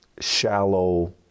shallow